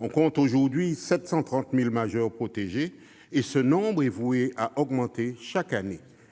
On compte aujourd'hui 730 000 majeurs protégés, et ce nombre est voué à augmenter chaque année,